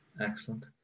Excellent